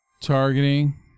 Targeting